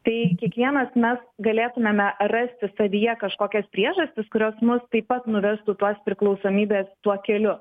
tai kiekvienas mes galėtumėme rasti savyje kažkokias priežastis kurios mus taip pat nuvestų tos priklausomybės tuo keliu